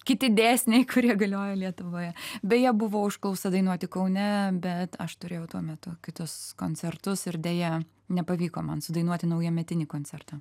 kiti dėsniai kurie galioja lietuvoje beje buvo užklausa dainuoti kaune bet aš turėjau tuo metu kitus koncertus ir deja nepavyko man sudainuoti naujametinį koncertą